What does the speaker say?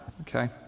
okay